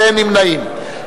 ואין נמנעים.